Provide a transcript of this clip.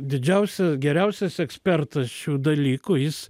didžiausias geriausias ekspertas šių dalykų jis